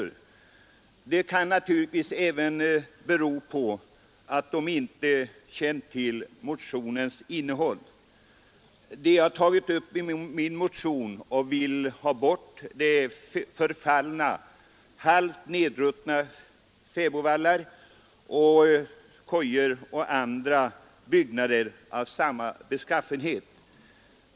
Deras uppfattning kan naturligtvis även bero på att de inte känt till motionens innehåll. Det jag har tagit upp i min motion och vill ha bort är förfallna halvt nedruttna fäbodvallar, kojor och andra byggnader av samma beskaffenhet.